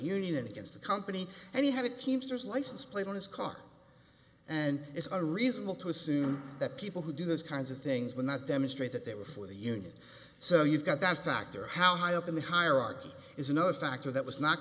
union against the company and he had a teamsters license plate on his car and it's a reasonable to assume that people who do those kinds of things will not demonstrate that they were for the union so you've got that factor how high up in the hierarchy is another factor that was not